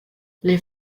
les